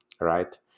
right